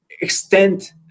extend